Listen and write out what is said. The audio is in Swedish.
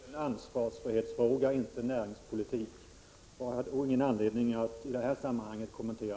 Fru talman! Detta tycker jag är en ansvarsfrihetsfråga, inte en näringspolitisk. Jag har därför ingen anledning att i det här sammanhanget kommentera